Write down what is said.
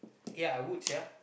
ya I would sia